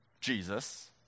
Jesus